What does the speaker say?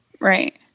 Right